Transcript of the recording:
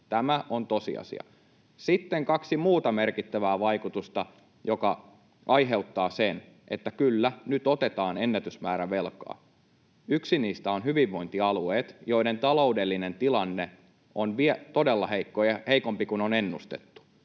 Tämä on tosiasia. Sitten kaksi muuta merkittävää vaikutusta, jotka aiheuttavat sen, että kyllä, nyt otetaan ennätysmäärä velkaa. Yksi niistä on hyvinvointialueet, joiden taloudellinen tilanne on todella heikko ja heikompi kuin on ennustettu.